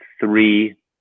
three